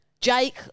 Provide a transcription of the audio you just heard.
Jake